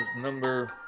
number